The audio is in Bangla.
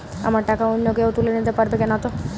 আমার টাকা অন্য কেউ তুলে নিতে পারবে নাতো?